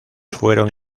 fueron